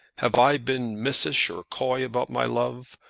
have i been missish or coy about my love?